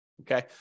Okay